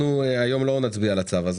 היום לא נצביע על הצו הזה,